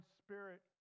spirit